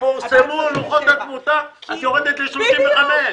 כשיפורסמו לוחות התמותה נרד ל-2035.